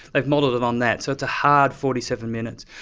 they've modelled it on that, so it's a hard forty seven minutes.